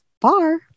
far